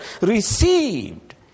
received